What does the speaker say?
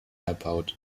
erbaut